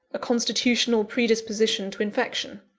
a constitutional predisposition to infection.